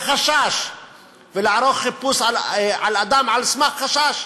לחשש ולערוך חיפוש על אדם על סמך חשש.